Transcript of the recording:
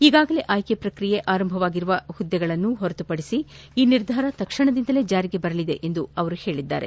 ಈಗಾಗಲೇ ಆಯ್ಕೆ ಪ್ರಕ್ರಿಯೆ ಆರಂಭವಾಗಿರುವ ಹುದ್ದೆಗಳನ್ನು ಹೊರತುಪಡಿಸಿ ಈ ನಿರ್ಧಾರ ತಕ್ಷಣದಿಂದಲೇ ಜಾರಿಗೆ ಬರಲಿದೆ ಎಂದು ಅವರು ಹೇಳಿದ್ದಾರೆ